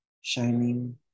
shining